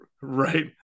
Right